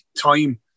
time